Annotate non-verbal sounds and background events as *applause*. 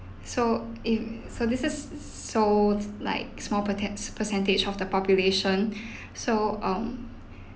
so in services so like small percentage percentage of the population *breath* so um